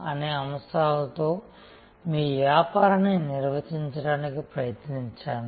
అనే అంశాలతో మీ వ్యాపారాన్ని నిర్వచించడానికి ప్రయత్నించండి